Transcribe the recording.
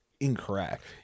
Incorrect